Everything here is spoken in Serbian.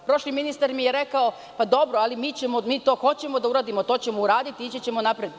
Prošli ministar mi je rekao- pa dobro, ali mi to hoćemo da uradimo, to ćemo uraditi, ići ćemo napred.